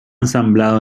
ensamblado